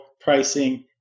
pricing